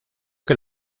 que